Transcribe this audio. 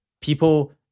people